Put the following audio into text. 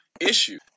issue